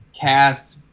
cast